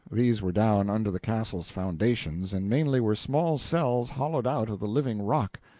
these were down under the castle's foundations, and mainly were small cells hollowed out of the living rock.